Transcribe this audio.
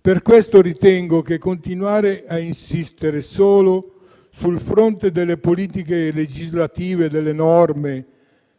Per questa ragione ritengo che continuare a insistere solo sul fronte delle politiche legislative e delle norme